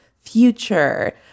future